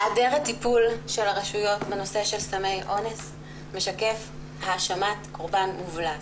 היעדר הטיפול של הרשויות בנושא של סמי אונס משקף האשמת קורבן מובלעת.